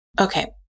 Okay